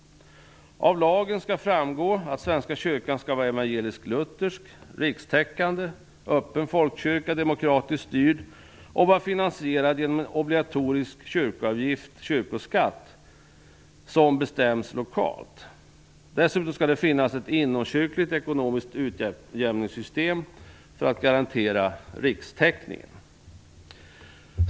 Av lagen skall framgå att Svenska kyrkan skall vara en evangelisk-luthersk, rikstäckande, och demokratiskt styrd öppen folkkyrka och att den skall vara finansierad genom en obligatorisk kyrkoavgift eller kyrkoskatt som bestäms lokalt. Dessutom skall det finnas ett inomkyrkligt ekonomiskt utjämningssystem för att garantera rikstäckningen.